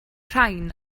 rhain